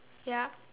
yup